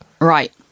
Right